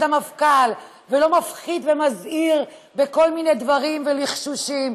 המפכ"ל ולא מפחיד ומזהיר בכל מיני דברי ולחשושים,